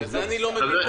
בגלל זה אני לא מבין.